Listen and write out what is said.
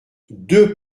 deux